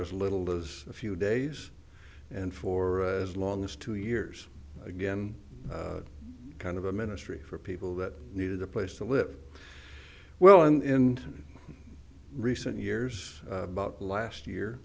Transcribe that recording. as little as a few days and for as long as two years again kind of a ministry for people that needed a place to live well in recent years about last year